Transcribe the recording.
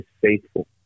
faithful